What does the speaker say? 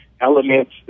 elements